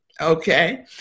Okay